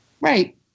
Right